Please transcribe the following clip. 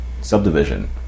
subdivision